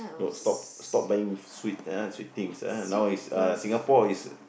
no stop stop buying sweet ah sweet things ah now is uh Singapore is